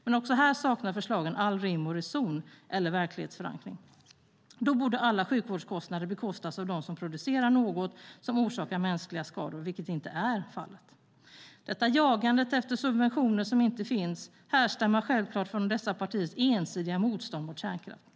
Men också här saknar förslagen all rim och reson eller verklighetsförankring. Då borde alla sjukvårdskostnader bekostas av dem som producerar något som orsakar mänskliga skador, vilket inte är fallet. Detta jagande efter subventioner som inte finns härstammar självklart från dessa partiers ensidiga motstånd mot kärnkraft.